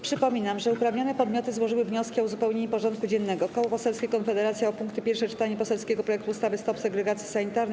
Przypominam, że uprawnione podmioty złożyły wnioski o uzupełnienie porządku dziennego: - Koło Poselskie Konfederacja o punkty: - Pierwsze czytanie poselskiego projektu ustawy Stop segregacji sanitarnej,